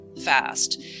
fast